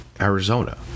Arizona